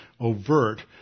overt